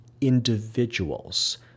individuals